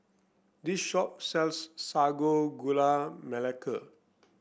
this shop sells Sago Gula Melaka